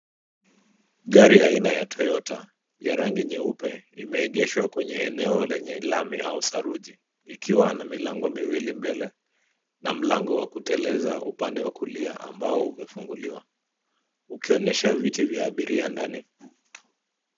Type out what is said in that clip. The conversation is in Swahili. Gari aina ya Toyota ya rangi nyeupe imeegeshwa kwenye eneo lenye lami au saruji likiwa na milango miwili mbele na mlango wa kuteleza upande wa kulia ambao umefunguliwa ukionyesha viti vya abiria ndani.